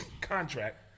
contract